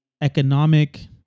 economic